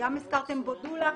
גם הזכרתם פה דולה.